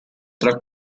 tra